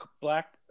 black